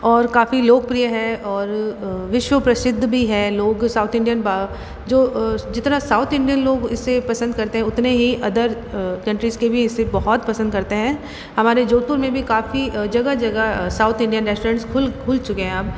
और काफ़ी लोकप्रिय है और विश्व प्रसिद्ध भी है लोग साउथ इंडियन जो जितना साउथ इंडियन लोग इसे पसंद करते हैं उतने ही अदर कंट्रीज़ के भी इसे बहुत पसंद करते हैं हमारे जोधपुर में भी काफ़ी जगह जगह इंडियन रेस्टोरेंट खुल चुके हैं अब